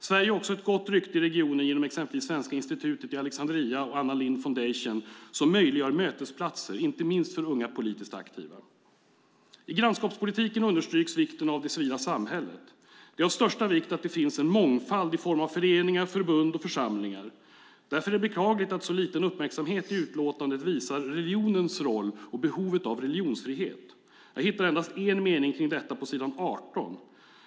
Sverige har också ett gott rykte i regionen genom exempelvis Svenska institutet i Alexandria och Anna Lindh Foundation som möjliggör mötesplatser, inte minst för unga politiskt aktiva. I grannskapspolitiken understryks vikten av det civila samhället. Det är av största vikt att det finns en mångfald i form av föreningar, förbund och församlingar. Därför är det beklagligt att så liten uppmärksamhet i utlåtandet ägnas åt religionens roll och behovet av religionsfrihet. Jag hittar endast en mening om detta på s. 18.